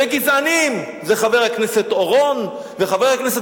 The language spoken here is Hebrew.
וגזענים זה חבר הכנסת אורון וחבר הכנסת